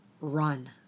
run